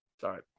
Sorry